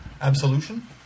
Absolution